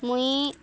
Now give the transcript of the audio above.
ମୁଇଁ